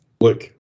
look